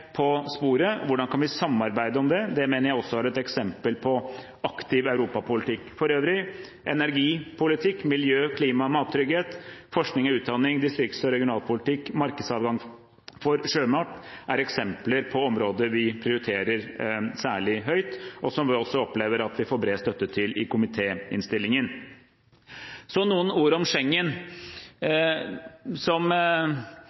på sporet? Hvordan kan vi samarbeide om det? Det mener jeg også er et eksempel på aktiv europapolitikk. For øvrig er energipolitikk, miljø, klima, mattrygghet, forskning og utdanning, distrikts- og regionalpolitikk og markedsadgang for sjømat eksempler på områder vi prioriterer særlig høyt, og som vi også opplever at vi får bred støtte til i komitéinnstillingen. Så noen ord om Schengen. Som